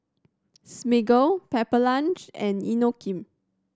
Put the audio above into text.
Smiggle Pepper Lunch and Inokim